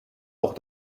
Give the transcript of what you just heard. auch